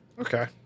Okay